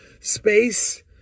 Space